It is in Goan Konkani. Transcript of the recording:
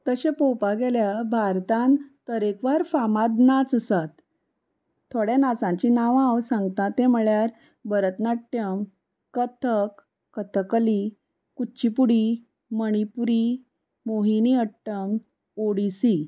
तशें पळोवपाक गेल्या भारतान तरेकवार फामाद नाच आसात थोड्या नाचांचीं नांवां हांव सांगता तें म्हळ्यार भरतनाट्यम कथक कथकली कुच्चीपुडी मणिपुरी मोहिनी अट्टम ओडिसी